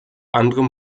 anderem